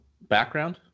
background